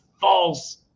false